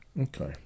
Okay